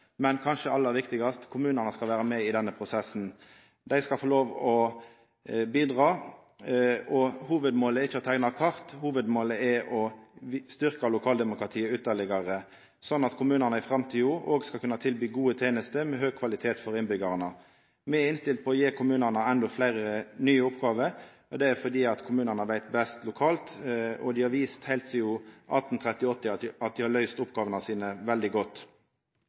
Men det kanskje aller viktigaste: Kommunane skal vera med i denne prosessen. Dei skal få lov til å bidra. Hovudmålet er ikkje å teikna kart; hovudmålet er å styrkja lokaldemokratiet ytterlegare, slik at kommunane i framtida òg skal kunna tilby gode tenester med høg kvalitet for innbyggjarane. Me er innstilte på å gi kommunane endå fleire nye oppgåver. Det er fordi kommunane lokalt veit best. Dei har vist heilt sidan 1837 at dei har løyst oppgåvene sine veldig godt.